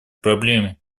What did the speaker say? проблеме